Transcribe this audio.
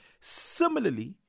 Similarly